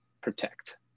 protect